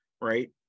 Right